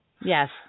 yes